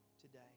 today